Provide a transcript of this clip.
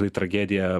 tai tragedija